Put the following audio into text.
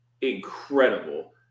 incredible